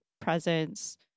presence